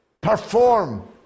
perform